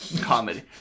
comedy